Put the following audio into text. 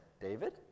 David